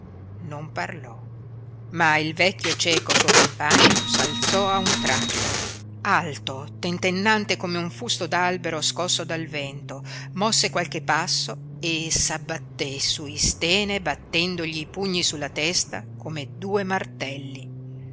non parlò ma il vecchio cieco suo compagno s'alzò a un tratto alto tentennante come un fusto d'albero scosso dal vento mosse qualche passo e s'abbatte su istène battendogli i pugni sulla testa come due martelli